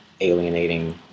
alienating